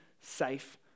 safe